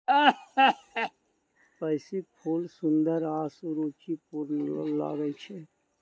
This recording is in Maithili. पैंसीक फूल सुंदर आ सुरुचिपूर्ण लागै छै